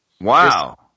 Wow